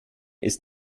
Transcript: ist